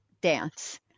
dance